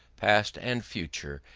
past and future,